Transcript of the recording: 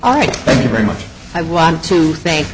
all right thank you very much i want to thank